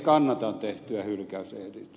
kannatan tehtyä hylkäysesitystä